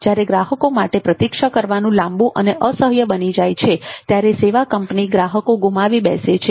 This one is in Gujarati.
જ્યારે ગ્રાહકો માટે પ્રતિક્ષા કરવાનું લાંબુ અને અસહ્ય બની જાય છે ત્યારે સેવા કંપની ગ્રાહકો ગુમાવી બેસે છે